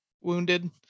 wounded